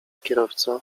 kierowca